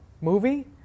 movie